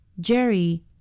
Jerry